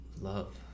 Love